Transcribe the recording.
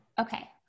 Okay